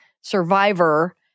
survivor